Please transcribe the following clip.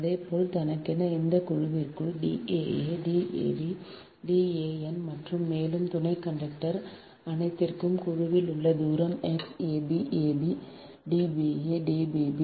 அதுபோல தனக்கென அந்த குழுவிற்குள் D aa D ab Dan மற்றும் மேலும் துணை கண்டக்டர் a அனைத்திற்கும் குழுவில் உள்ள தூரம் X aa ab Dba Dbb